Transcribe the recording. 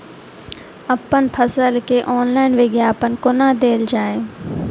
अप्पन फसल केँ ऑनलाइन विज्ञापन कोना देल जाए?